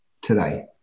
today